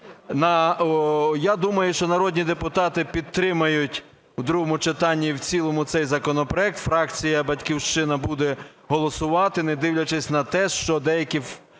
Я думаю, що народні депутати підтримають у другому читанні і в цілому цей законопроект. Фракція "Батьківщина" буде голосувати, не дивлячись на те, що деякі